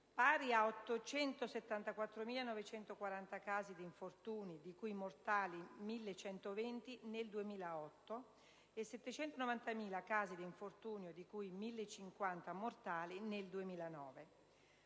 pari a 874.940 casi di infortunio (di cui 1.120 mortali) nel 2008 e 790.000 casi di infortunio (di cui 1.050 mortali) nel 2009;